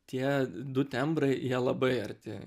tie du tembrai jie labai arti